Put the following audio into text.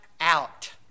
out